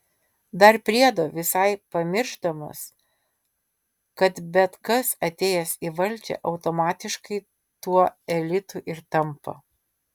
dar priedo visai pamiršdamas kad bet kas atėjęs į valdžią automatiškai tuo elitu ir tampa